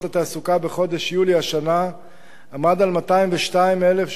התעסוקה בחודש יולי השנה עמד על 202,768,